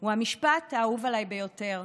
הוא המשפט האהוב עליי ביותר.